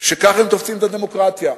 שכך תופסים את הדמוקרטיה.